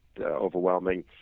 overwhelming